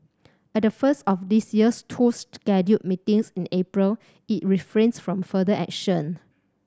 at the first of this year's two scheduled meetings in April it refrained from further action